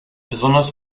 besonders